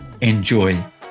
Enjoy